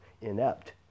inept